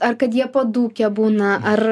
ar kad jie padūkę būna ar